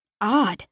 odd